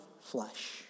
flesh